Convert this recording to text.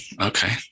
okay